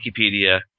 Wikipedia